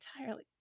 entirely